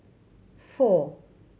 four